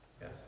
Yes